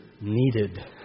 needed